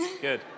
Good